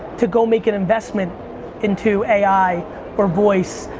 to go make an investment into ai or voice,